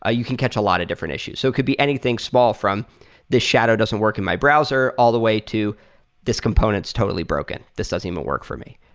ah you can catch a lot of different issues. so it could be anything small from this shadow doesn't work in my browser all the way to this component is totally broken. this doesn't even work for me.